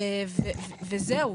וזהו.